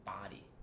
body